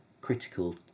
critical